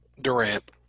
Durant